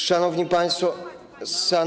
Szanowni Państwo!